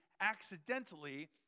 accidentally